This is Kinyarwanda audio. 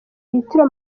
litiro